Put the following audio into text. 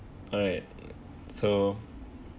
alright so